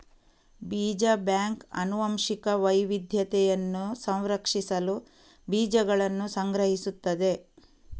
ಬೀಜ ಬ್ಯಾಂಕ್ ಆನುವಂಶಿಕ ವೈವಿಧ್ಯತೆಯನ್ನು ಸಂರಕ್ಷಿಸಲು ಬೀಜಗಳನ್ನು ಸಂಗ್ರಹಿಸುತ್ತದೆ